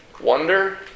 wonder